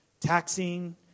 taxing